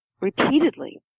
repeatedly